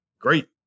Great